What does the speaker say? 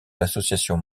l’association